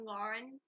Lauren